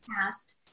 past